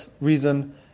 reason